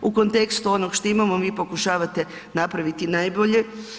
U kontekstu onog što imamo vi pokušavate napraviti najbolje.